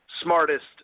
smartest